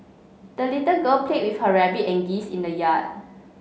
the little girl played with her rabbit and geese in the yard